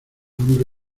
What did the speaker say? hombre